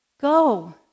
Go